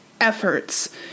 efforts